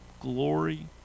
glory